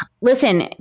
Listen